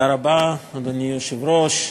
אדוני היושב-ראש,